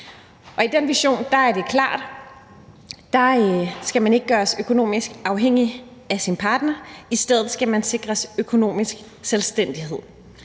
i den vision er det klart, at man ikke skal gøres økonomisk afhængig af sin partner, i stedet skal man sikres økonomisk selvstændighed.